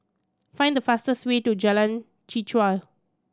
find the fastest way to Jalan Chichau